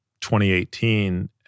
2018